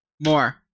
More